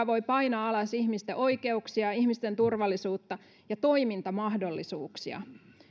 voi painaa alas ihmisten oikeuksia ja ihmisten turvallisuutta ja toimintamahdollisuuksia